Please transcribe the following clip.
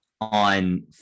on